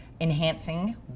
enhancing